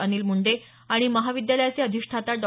अनिल मुंडे आणि महाविद्यालयाचे अधिष्ठाता डॉ